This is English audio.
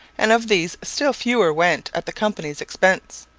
and of these still fewer went at the company's expense.